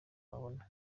wabona